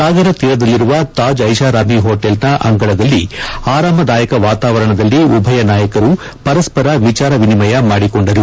ಸಾಗರ ತೀರದಲ್ಲಿರುವ ತಾಜ್ ಐಷಾರಾಮಿ ಪೊಟೇಲ್ನ ಅಂಗಳದಲ್ಲಿ ಆರಾಮದಾಯಕ ವಾತಾವರಣದಲ್ಲಿ ಉಭಯ ನಾಯಕರು ಪರಸ್ಪರ ವಿಚಾರ ವಿನಿಮಯ ಮಾಡಿಕೊಂಡರು